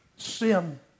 sin